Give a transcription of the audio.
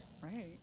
Right